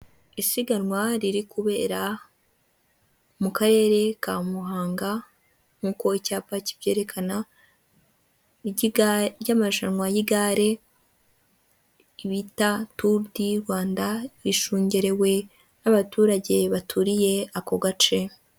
Isiganwa riri kubera mu karere ka Muhanga nk'uko icyapa kibyerekana, ry'amarushanwa y'igare bita turu di Rwanda, rishungerewe n'abaturage baturiye ako gace.